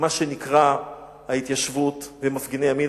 למה שנקרא ההתיישבות ומפגיני ימין,